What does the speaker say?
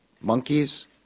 monkeys